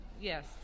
yes